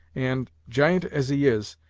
and, giant as he is,